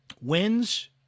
wins